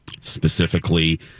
specifically